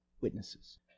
witnesses